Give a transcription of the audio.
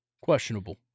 Questionable